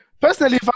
Personally